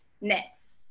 Next